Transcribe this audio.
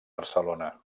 barcelona